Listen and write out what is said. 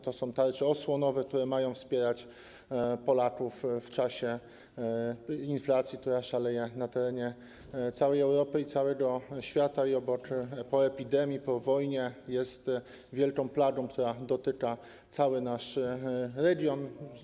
To są tarcze osłonowe, które mają wspierać Polaków w czasie inflacji, która szaleje na terenie całej Europy i całego świata i po epidemii, po wojnie jest wielką plagą, która dotyka cały nasz region.